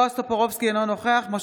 אינו נוכח בועז טופורובסקי,